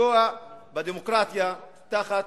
ולפגוע בדמוקרטיה תחת,